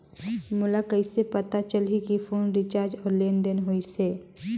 मोला कइसे पता चलही की फोन रिचार्ज और लेनदेन होइस हे?